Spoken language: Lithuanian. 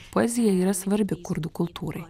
poezija yra svarbi kurdų kultūrai